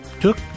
took